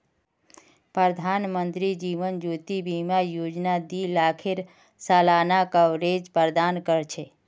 प्रधानमंत्री जीवन ज्योति बीमा योजना दी लाखेर सालाना कवरेज प्रदान कर छे